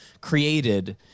created